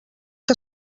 que